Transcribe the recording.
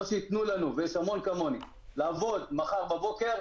או שיתנו לנו לעבוד מחר בבוקר,